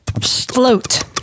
Float